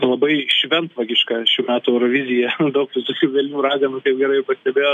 labai šventvagiška šių metų eurovizija daug visokių velnių raganų kaip gerai pastebėjot